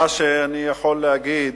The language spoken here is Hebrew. מה שאני יכול להגיד,